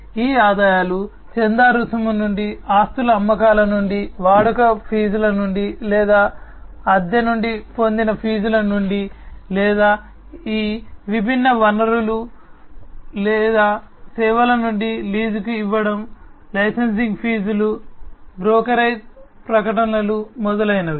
ఈ ఆదాయాలు చందా రుసుము నుండి ఆస్తుల అమ్మకాల నుండి వాడుక ఫీజుల నుండి లేదా అద్దె నుండి పొందిన ఫీజుల నుండి లేదా ఈ విభిన్న వనరులు లేదా సేవల నుండి లీజుకు ఇవ్వడం లైసెన్సింగ్ ఫీజులు బ్రోకరేజ్ ప్రకటనలు మొదలైనవి